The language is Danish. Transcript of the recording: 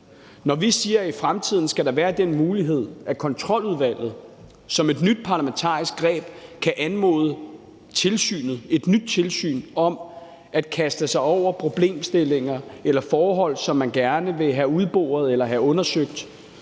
Når vi siger, at der i fremtiden skal være den mulighed, at Kontroludvalget som et nyt parlamentarisk greb kan anmode et nyt tilsyn om at kaste sig over problemstillinger eller forhold, som man gerne vil have udboret eller have undersøgt,